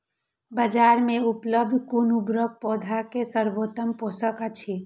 बाजार में उपलब्ध कुन उर्वरक पौधा के सर्वोत्तम पोषक अछि?